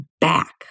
back